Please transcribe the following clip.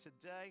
today